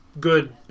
good